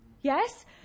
yes